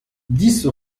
dix